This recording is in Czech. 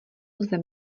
lze